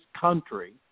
country